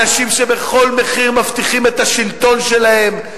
אנשים שבכל מחיר מבטיחים את השלטון שלהם,